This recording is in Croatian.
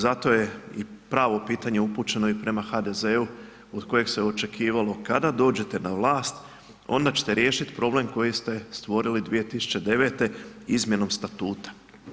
Zato je i pravo pitanje upućeno i prema HDZ-u od kojeg se očekivalo kada dođete na vlast onda ćete riješiti problem koji ste stvorili 2009. izmjenom statuta.